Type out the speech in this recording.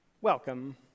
welcome